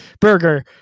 burger